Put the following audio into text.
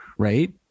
Right